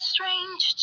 Strange